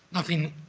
nothing,